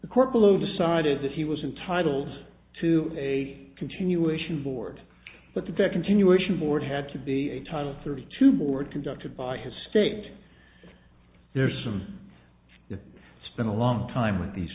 the court below decided that he was entitled to a continuation board but the tech continuation board had to be a title thirty two board conducted by his state there's from you spent a long time with these